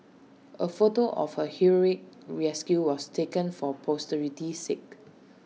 A photo of her heroic rescue was taken for posterity's sake